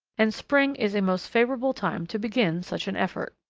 and spring is a most favourable time to begin such an effort.